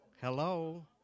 Hello